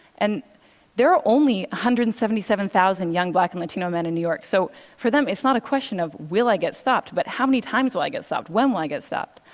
and there are only one hundred and seventy seven thousand young black and latino men in new york, so for them, it's not a question of, will i get stopped? but how many times will i get stopped? when will i get stopped?